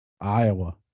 Iowa